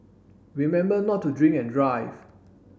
remember not to drink and drive